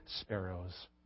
sparrows